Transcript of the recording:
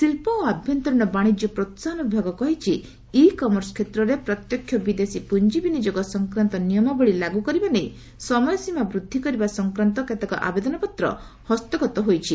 ଶିଳ୍ପ ଓ ଆଭ୍ୟନ୍ତରୀଣ ବାଣିଜ୍ୟ ପ୍ରୋସାହନ ବିଭାଗ କହିଛି ଇ କର୍ମର୍ସର ପ୍ରତ୍ୟକ୍ଷ ବିଦେଶୀ ପୁଞ୍ଜି ବିନିଯୋଗ ସଂକ୍ରାନ୍ତ ନିୟମାବଳୀ ଲାଗୁ କରିବା ନେଇ ସମୟ ସୀମା ବୃଦ୍ଧି କରିବା ସଂକ୍ରାନ୍ତ କେତେକ ଆବେଦନପତ୍ର ହସ୍ତଗତ ହୋଇଛି